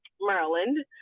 Maryland